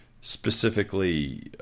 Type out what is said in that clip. specifically